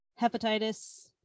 hepatitis